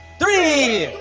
three!